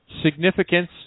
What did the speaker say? Significance